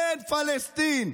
אין פלסטין.